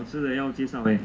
好吃的要介绍 eh